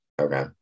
okay